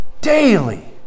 daily